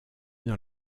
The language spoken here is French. dans